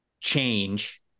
change